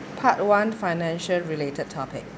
part one financial related topic